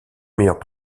meilleure